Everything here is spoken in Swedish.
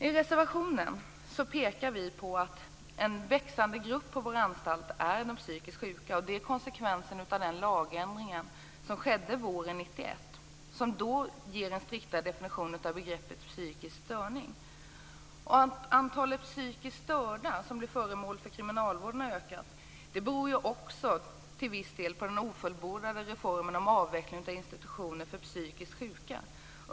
I reservation 6 pekar vi på den växande gruppen psykiskt sjuka på våra anstalter, vilket är en konsekvens av den lagändring som skedde våren 1991 och som ger en striktare definition av begreppet psykisk störning. Att antalet psykiskt störda som blir föremål för kriminalvård ökat beror till viss del också på den ofullbordade reformen om avvecklingen av institutioner för psykiskt sjuka.